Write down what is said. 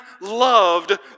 loved